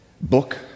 book